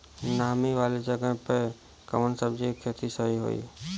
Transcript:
नामी वाले जगह पे कवन सब्जी के खेती सही होई?